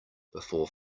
before